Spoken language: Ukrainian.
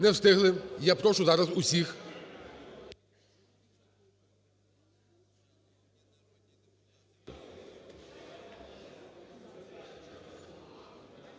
Не встигли. Я прошу зараз всіх…